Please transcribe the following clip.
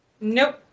Nope